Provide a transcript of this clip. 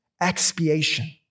expiation